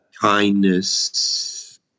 kindness